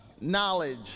knowledge